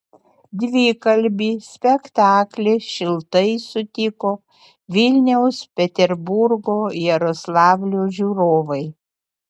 dvikalbį spektaklį šiltai sutiko vilniaus peterburgo jaroslavlio žiūrovai